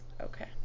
okay